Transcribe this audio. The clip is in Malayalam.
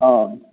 ആ